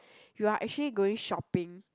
you are actually going shopping